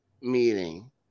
meeting